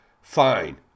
Fine